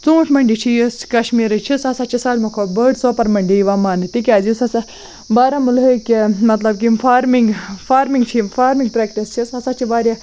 ژوٗںٛٹھۍ مٔنڈی چھِ یُس کشمیٖرٕچ چھِ سُہ ہَسا چھِ سالمہِ کھۄتہٕ بٔڑ سوپور مٔنڈی یِوان ماننہٕ تِکیٛازِ یُس ہَسا بارہمُلہٕکۍ مطلب یِم فارمِںٛگ فارمِنٛگ چھِ یِم فارمِنٛگ پرٛٮ۪کٹِس چھِ سُہ ہَسا چھِ واریاہ